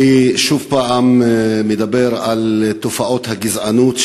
אני שוב מדבר על תופעות הגזענות,